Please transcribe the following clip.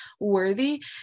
worthy